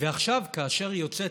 ועכשיו, כאשר היא יוצאת